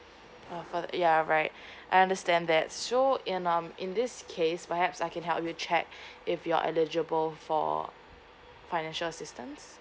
uh ya right I understand that so in um in this case perhaps I can help you check if you're eligible for financial assistance